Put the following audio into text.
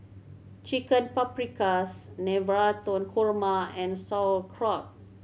Chicken Paprikas Navratan Korma and Sauerkraut